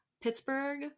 Pittsburgh